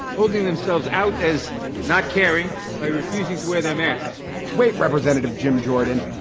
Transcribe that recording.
holding themselves out as not caring by refusing to wear them. and wait representative jim jordan,